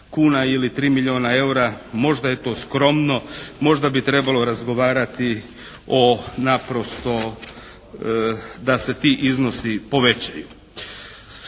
kuna ili 3 milijona eura. Možda je to skromno, možda bi trebalo razgovarati o naprosto da se ti iznosi povećaju.